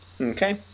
Okay